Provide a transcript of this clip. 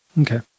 Okay